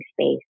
space